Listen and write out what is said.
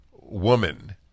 woman